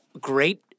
great